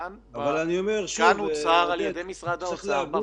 כאן הוצהר על ידי משרד האוצר,